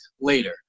later